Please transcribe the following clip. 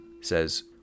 says